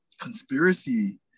conspiracy